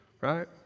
right